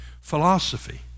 Philosophy